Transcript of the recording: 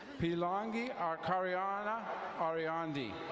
pilongi arcaniana ariandi.